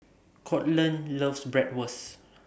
Courtland loves Bratwurst